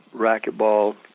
racquetball